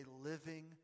living